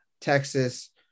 Texas